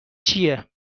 چیه